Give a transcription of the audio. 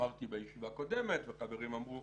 שאמרתי בישיבה הקודמת והחברים אמרו